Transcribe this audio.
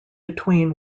between